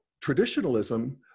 traditionalism